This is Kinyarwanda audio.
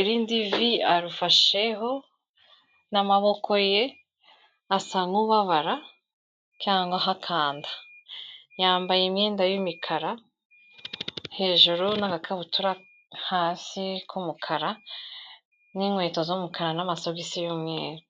irindi vi arifasheho n'amaboko ye, asa nk'ubabara cyangwa ahakanda. Yambaye imyenda y'imikara hejuru n'agakabutura hasi k'umukara n'inkweto z'umukara n'amasogisi y'umweru.